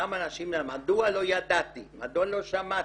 אותן הנשים, מדוע לא ידעתי, מדוע לא שמעתי,